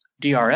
DRS